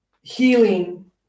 healing